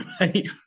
right